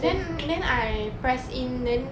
then then I press in then